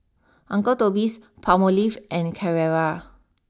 Uncle Toby's Palmolive and Carrera